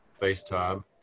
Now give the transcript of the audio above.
FaceTime